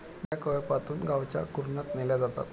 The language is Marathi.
मेंढ्या कळपातून गावच्या कुरणात नेल्या जातात